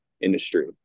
industry